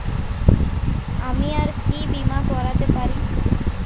আমি আর কি বীমা করাতে পারি?